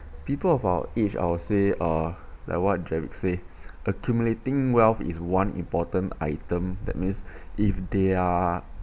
people of our age I would say ah like what derek say accumulating wealth is one important item that means if they are